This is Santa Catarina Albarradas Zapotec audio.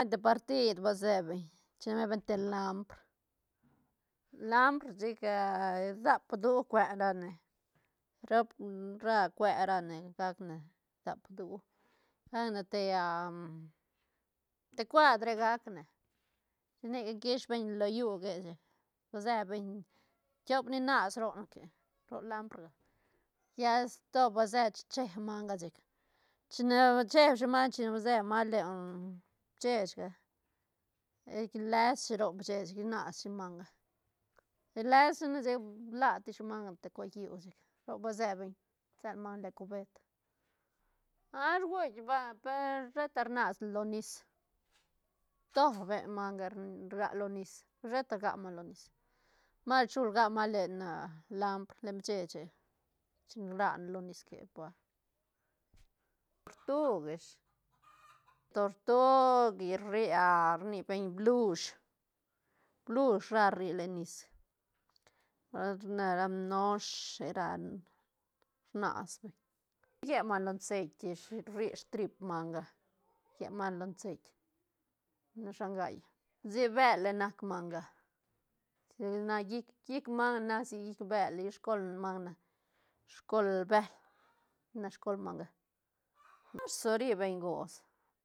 Te partid ba se beñ chine beñ te lampr- lampr chic dap du cue ra ne rop ra cue ra ne gac ne dap du gac ne tea te cuadre gac ne chic nic quis beñ lo llu que chi ba se beñ tiop ni nas ro ne que ro lampr ga lla sto ba se chi cheeb manga sec chine cheeb shi manga chine ba manga len chechga chic lesshi ro chechga rnas shi manga iles shine chic bla tis shi manga te cue lliú chic roc ba se beñ sel manga len cubet ah rguitk banga per sheta rnas ne lo nis tobe manga rga lo nis sheta rga manga lo nis mas ru chul rga manga lena lampr len bcheche chin rane lo nis que par, tortug ish tortug rria rni beñ blush- blush ra rri len nis nubuelt noshe ra rnas beñ rié manga lo ceit ish rri strip manga lle manga lo ceit ra shangai sic bële nac manga sa na llic- llic manga nac sic bël ish scol manga nac scol beel nac scol manga marzo ri beñ gots